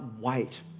wait